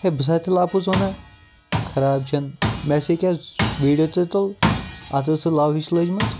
ہے بہٕ چھُ سا تیٚلہِ اَپُز وَنان خَراب چَن میسیج کیاہ ییٚکیاہ ویٖڈیو تہِ تُل اتھ ٲس لَو ہِش لٔجمٕژ